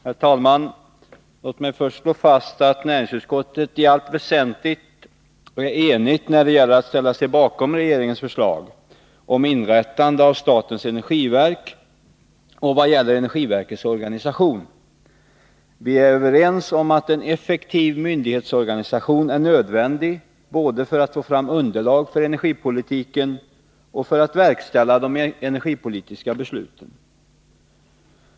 Herr talman! Låt mig först slå fast att näringsutskottet i allt väsentligt är enigt när det gäller att ställa sig bakom regeringens förslag om inrättandet av statens energiverk och beträffande energiverkets organisation. Vi är överens om att en effektiv myndighetsorganisation är nödvändig både för att få fram underlag för energipolitiken och för att verkställa de energipolitiska besluten.